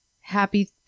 happy